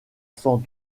sans